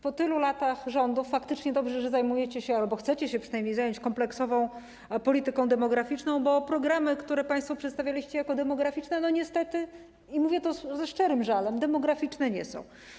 Po tylu latach rządów faktycznie dobrze, że zajmujecie się albo przynajmniej chcecie się zająć kompleksową polityką demograficzną, bo programy, które państwo przedstawialiście jako demograficzne, niestety - i mówię to ze szczerym żalem - demograficzne nie są.